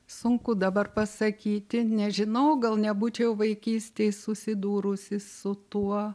sunku dabar pasakyti nežinau gal nebūčiau vaikystėj susidūrusi su tuo